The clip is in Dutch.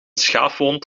schaafwond